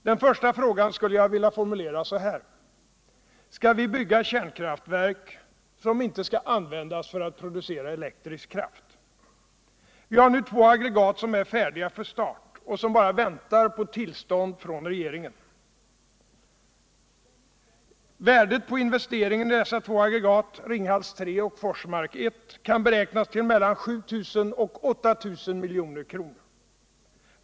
Den första frågan skulle jag vilja formulera så här: Skall vi bygga kärnkraftverk som inte skall användas för att producera elektrisk kraft? Vi har nu två aggregat som är färdiga för start och som bara väntar på tillstånd från regeringen. Värdet av investeringen i dessa två aggregat, Ringhals 3 och Forsmark 1, kan beräknas till mellan 7 000 och 8 000 milj.kr.